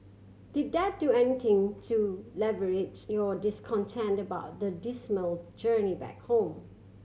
did that do anything to alleviates your discontent about the dismal journey back home